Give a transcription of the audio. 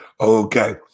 Okay